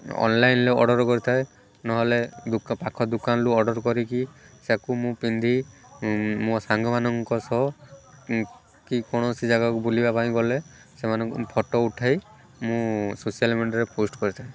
online ରେ order କରିଥାଏ ନହେଲେ ପାଖ ଦୋକାନରୁ ଅର୍ଡ଼ର କରିକି ତାକୁ ମୁଁ ପିନ୍ଧି ମୋ ସାଙ୍ଗ ମାନଙ୍କ ସହ କି କୌଣସି ଜାଗାକୁ ବୁଲିବାପାଇଁ ଗଲେ ସେମାନଙ୍କ ଫଟୋ ଉଠାଇ ମୁଁ ସୋଶିଆଲ୍ ମିଡ଼ିଆରେ ପୋଷ୍ଟ କରିଥାଏ